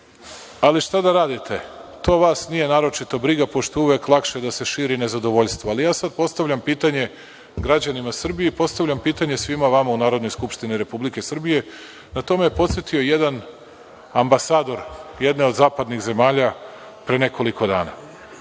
ali šta da radite? To vas nije naročito briga, pošto je uvek lakše da se širi nezadovoljstvo. Ja sada postavljam pitanje građanima Srbije i postavljam pitanje svima vama u Narodnoj skupštini Republike Srbije, a na to me je podsetio jedan ambasador, jedne od zapadnih zemalja, pre nekoliko dana.